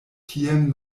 tien